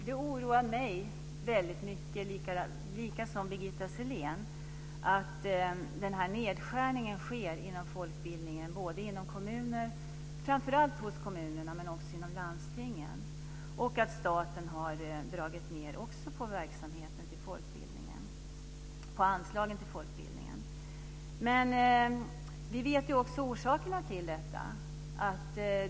Fru talman! Det oroar mig likaväl som Birgitta Sellén väldigt mycket att det genomförs en nedskärning av folkbildningen, framför allt inom kommunerna men också inom landstingen, liksom att också staten har dragit ned på anslagen till folkbildningen. Men vi känner ju också till orsakerna till detta.